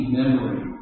memory